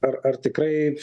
ar ar tikrai